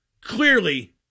clearly